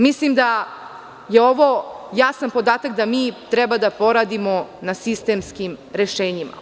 Mislim da je ovo jasan podatak da mi treba da poradimo na sistemskim rešenjima.